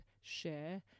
share